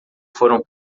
foram